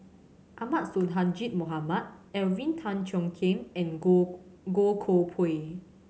Ahmad Sonhadji Mohamad Alvin Tan Cheong Kheng and Goh Goh Koh Pui